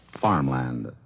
farmland